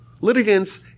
litigants